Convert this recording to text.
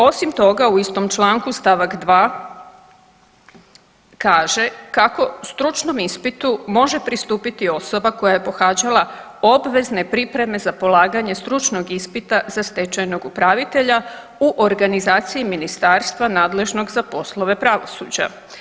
Osim toga u istom članku st. 2. kaže kako stručnom ispitu može pristupiti osoba koja je pohađala obvezne pripreme za polaganje stručnog ispita za stečajnog upravitelja u organizaciji ministarstva nadležnog za poslove pravosuđa.